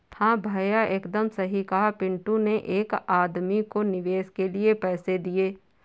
हां भैया एकदम सही कहा पिंटू ने एक आदमी को निवेश के लिए पैसे दिए